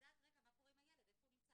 ולדעת, רגע, מה קורה עם הילד, איפה הוא נמצא.